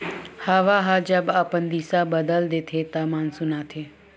हवा ह जब अपन दिसा बदल देथे त मानसून आथे